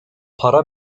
para